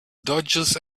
dodges